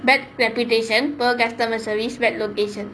bad reputation poor customer service red locations